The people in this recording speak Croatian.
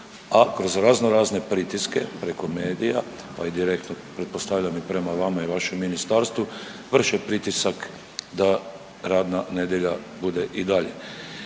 a kroz razno razne pritiske preko medija, a i direktno pretpostavljam i prema vama i vašem ministarstvu vrše pritisak da radna nedjelja bude i dalje.